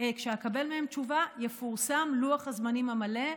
כשאקבל מהם תשובה, יפורסם לוח הזמנים המלא,